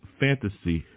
fantasy